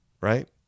right